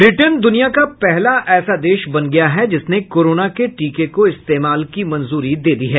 Britain दुनिया का पहला ऐसा देश बन गया जिसने कोरोना के टीके को इस्तेमाल की मंजूरी दे दी है